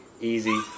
Easy